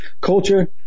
culture